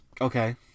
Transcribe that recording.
Okay